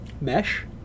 Mesh